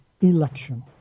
election